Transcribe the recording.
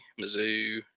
mizzou